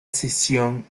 sesión